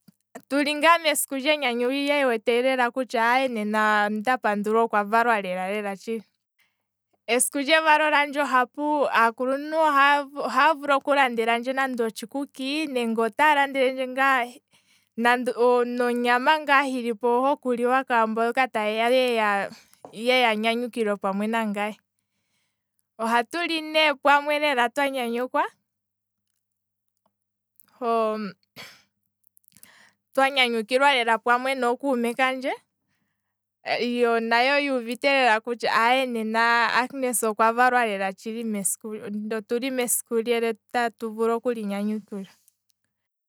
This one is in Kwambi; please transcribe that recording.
Tuli ngaa mesiku lyenyanyu ye wete lela kutya aye nena ndapandula okwa valwa lela lela shili, esiku lyevalo lyandje aakuluntu ohavu oha vulu oku landelandje nande otshikuki, nenge ta landelendje ngaa nande onyama ngaa hilipo hoku liwa kwaamboka ta yeya yee yanyanyukilwe pamwe nangaye ohatuli lela pamwe twa nyanyukwa, twa nyanyukilwa lela pamwe nookuume kandje nayo yuuvite lela kutya aye nena agnes okwa valwa lela tshili mesiku, otuli mesiku le tatu vulu okuli nyanyukilwa.